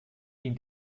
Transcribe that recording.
ihn